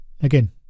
Again